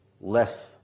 less